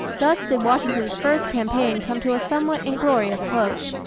thus did washington's first campaign come to a somewhat inglorious close.